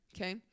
Okay